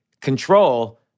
control